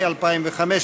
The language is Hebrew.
אין מתנגדים, יש נמנע אחד.